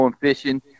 fishing